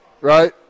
Right